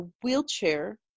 wheelchair